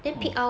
orh